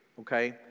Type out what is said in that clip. okay